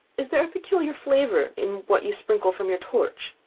is there a peculiar flavour in what you sprinkle from your torch?